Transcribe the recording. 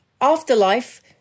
Afterlife